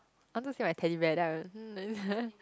I want to say my Teddy Bear then I